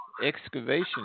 excavation